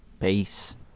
Peace